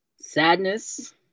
Sadness